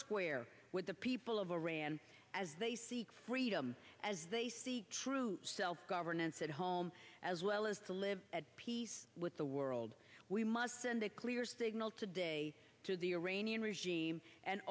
square with the people of iran as they seek freedom as they seek true self governance at home as well as to live at peace with the world we must send a clear signal today to the iranian regime and